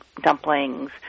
dumplings